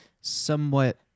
somewhat